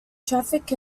traffic